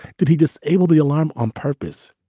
did he disable the alarm on purpose?